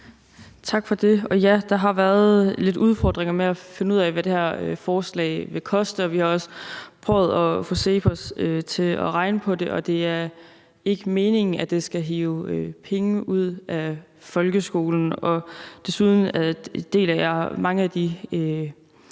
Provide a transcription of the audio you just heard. Tak for det. Og ja, der har været lidt udfordringer med at finde ud af, hvad det her forslag vil koste, og vi har også prøvet at få CEPOS til at regne på det, og det er ikke meningen, at det skal hive penge ud af folkeskolen. Desuden deler jeg mange af de